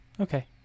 Okay